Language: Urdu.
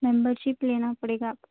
ممبر شپ لینا پڑے گا آپ کو